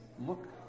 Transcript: Look